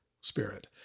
spirit